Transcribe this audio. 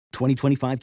2025